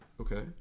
Okay